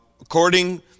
According